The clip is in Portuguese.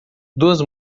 duas